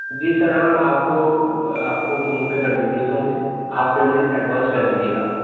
جی sir ہاں آپ کو آپ کو فون پے کر دیجیے گا مجھے آپ پیمنٹ ایڈوانس کر دیجیے گا اب